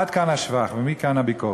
עד כאן השבח, מכאן הביקורת.